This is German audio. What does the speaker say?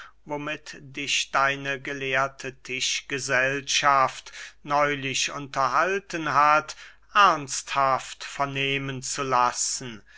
womit dich deine gelehrte tischgesellschaft neulich unterhalten hat ernsthaft vernehmen zu lassen